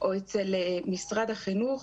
או אצל משרד החינוך.